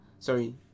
Sorry